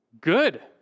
good